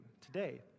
today